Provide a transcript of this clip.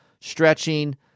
stretching